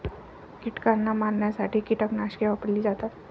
कीटकांना मारण्यासाठी कीटकनाशके वापरली जातात